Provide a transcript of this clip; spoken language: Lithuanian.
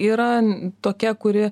yra tokia kuri